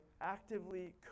actively